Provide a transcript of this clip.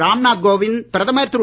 ராம் நாத் கோவிந்த் பிரதமர் திரு